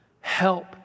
help